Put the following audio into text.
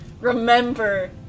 Remember